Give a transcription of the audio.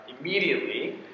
immediately